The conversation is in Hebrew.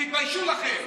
תתביישו לכם.